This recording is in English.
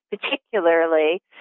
particularly